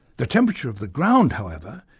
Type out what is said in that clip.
the temperature of the ground, however,